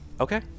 Okay